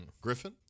Griffin